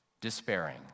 despairing